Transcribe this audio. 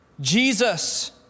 Jesus